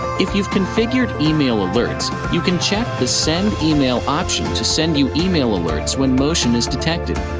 if you've configured email alerts, you can check the send email option to send you email alerts when motion is detected.